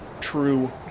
true